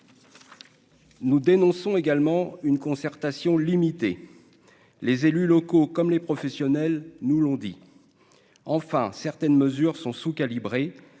Nous dénonçons également une concertation limiter les élus locaux, comme les professionnels, nous l'ont dit, enfin, certaines mesures sont sous-calibrée,